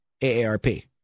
AARP